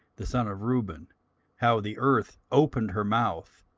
the son of reuben how the earth opened her mouth,